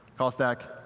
call stack,